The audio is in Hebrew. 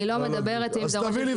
אני לא מדברת --- אז תביאי לי,